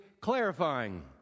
clarifying